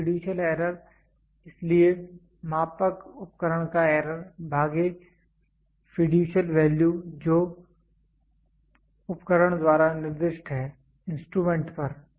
तो fiducial error इसलिए मापक उपकरण का एरर भागे फ़िड्यूशियल वैल्यू जो उपकरण द्वारा निर्दिष्ट है इंस्ट्रूमेंट पर